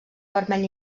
vermell